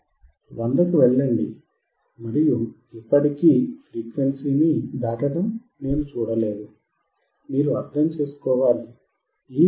100 కి వెళ్ళండి మరియు ఇప్పటికీ ఫ్రీక్వెన్సీని దాటటం నేను చూడలేదు మీరు అర్థం చేసుకోవాలి ఈ విధంగా